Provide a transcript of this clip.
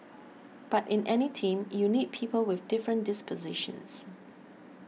but in any team you need people with different dispositions